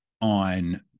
on